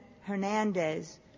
Hernandez